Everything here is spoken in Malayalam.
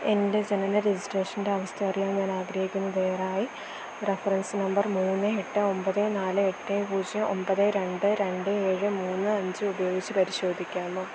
എൻ്റെ ജനന രജിസ്ട്രേഷൻ്റെ അവസ്ഥയറിയാൻ ഞാനാഗ്രഹിക്കുന്നു ദയവായി റഫറൻസ് നമ്പർ മൂന്ന് എട്ട് ഒമ്പത് നാല് എട്ട് പൂജ്യം ഒമ്പത് രണ്ട് രണ്ട് ഏഴ് മൂന്ന് അഞ്ച് ഉപയോഗിച്ച് പരിശോധിക്കാമോ